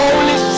Holy